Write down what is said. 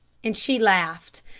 and she laughed.